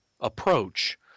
approach